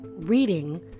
reading